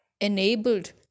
enabled